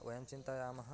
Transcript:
वयं चिन्तयामः